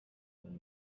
when